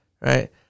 right